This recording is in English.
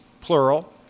plural